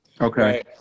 Okay